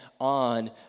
On